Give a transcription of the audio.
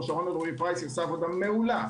שרון אלרעי פרייס - היא עושה עבודה מעולה.